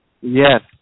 Yes